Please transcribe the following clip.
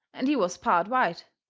and he was part white,